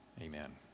Amen